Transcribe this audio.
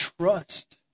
trust